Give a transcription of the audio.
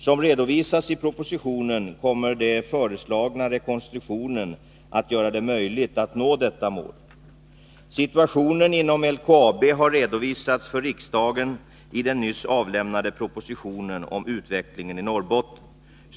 Som redovisats i propositionen kommer den föreslagna rekonstruktionen att göra det möjligt att nå detta mål. Situationen inom LKAB har redovisats för riksdagen i den nyss avlämnade propositionen om utvecklingen i Norrbotten.